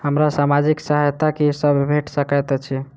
हमरा सामाजिक सहायता की सब भेट सकैत अछि?